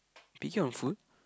picky on food